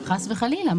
חס וחלילה.